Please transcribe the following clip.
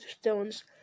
stones